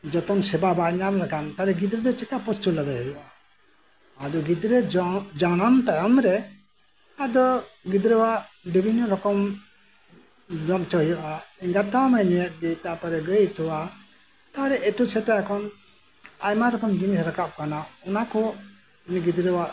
ᱡᱚᱛᱚᱱ ᱥᱮᱵᱟ ᱵᱟᱭ ᱧᱟᱢ ᱞᱮᱠᱷᱟᱱ ᱛᱟᱦᱚᱞᱮ ᱜᱤᱫᱟᱹᱨ ᱫᱚ ᱪᱮᱠᱟ ᱯᱩᱥᱴᱚᱞᱟ ᱫᱚᱭ ᱦᱩᱭᱩᱜᱼᱟ ᱟᱰᱚ ᱜᱤᱫᱽᱨᱟᱹ ᱡᱟᱱᱟᱢ ᱛᱟᱭᱚᱢ ᱨᱮ ᱟᱫᱚ ᱜᱤᱫᱽᱨᱟᱹ ᱟᱜ ᱵᱤᱵᱷᱤᱱᱱᱚ ᱨᱚᱠᱚᱢ ᱡᱚᱢ ᱚᱪᱚᱭᱮ ᱦᱩᱭᱩᱜᱼᱟ ᱮᱸᱜᱟᱛ ᱛᱳᱣᱟ ᱢᱟᱭ ᱧᱩᱭᱮᱫ ᱜᱮ ᱛᱟᱯᱚᱨᱮ ᱜᱟᱹᱭ ᱛᱳᱭᱟ ᱛᱟᱦᱚᱞᱮ ᱮᱴᱩ ᱪᱷᱮᱴᱟ ᱮᱠᱷᱚᱱ ᱟᱭᱢᱟ ᱨᱚᱠᱚᱢ ᱡᱤᱱᱤᱥ ᱨᱟᱠᱟᱵ ᱟᱠᱟᱱᱟ ᱚᱱᱟ ᱠᱚ ᱩᱱᱤ ᱜᱤᱫᱽᱨᱟᱹᱣᱟᱜ